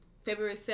February